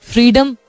Freedom